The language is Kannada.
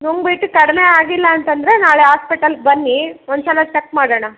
ನುಂಗಿಬಿಟ್ಟು ಕಡಿಮೆ ಆಗಿಲ್ಲ ಅಂತಂದರೆ ನಾಳೆ ಆಸ್ಪೆಟಲ್ಗೆ ಬನ್ನಿ ಒಂದು ಸಲ ಚೆಕ್ ಮಾಡೋಣ